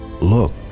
Look